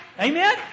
Amen